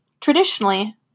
traditionally